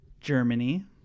Germany